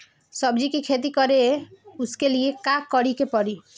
सब्जी की खेती करें उसके लिए का करिके पड़ी?